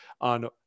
on